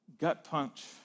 gut-punch